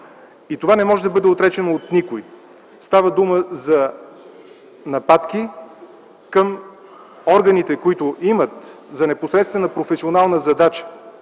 и това не може да бъде отречено от никой. Става дума за нападки към органите, които имат за непосредствена професионална задача